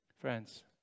friends